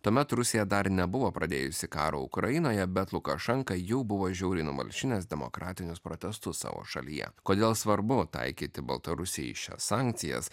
tuomet rusija dar nebuvo pradėjusi karo ukrainoje bet lukašenka jau buvo žiauriai numalšinęs demokratinius protestus savo šalyje kodėl svarbu taikyti baltarusijai šias sankcijas